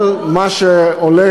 כל מה שעולה,